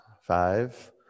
five